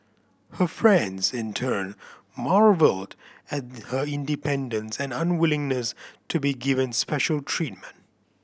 her friends in turn marvelled at her independence and unwillingness to be given special treatment